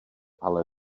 ale